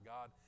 God